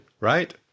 right